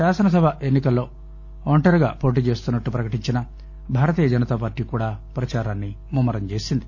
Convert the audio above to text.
శాసనసభ ఎన్ని కల్లో ఒంటరిగా పోటీచేస్తున్న ట్లు ప్రకటించిన భారతీయ జనతా పార్టీ కూడా ప్రచారాన్ని ముమ్మరం చేసింది